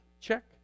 Check